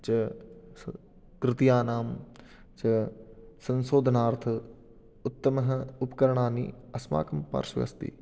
च कृतीनां च संशोधनार्थम् उत्तमः उपकरणानि अस्माकं पार्श्वे अस्ति